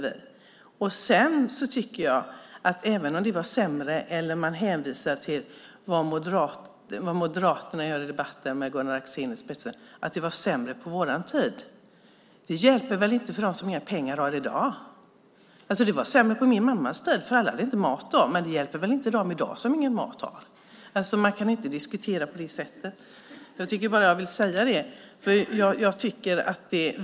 Moderaterna med Gunnar Axén i spetsen hänvisar i debatten till att det var sämre på vår tid. Men det hjälper väl inte för dem som inga pengar har i dag? Det var sämre på min mammas tid. Alla hade inte mat då. Men det hjälper väl inte dem i dag som ingen mat har? Man kan inte diskutera på det sättet. Jag vill säga det.